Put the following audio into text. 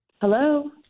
Hello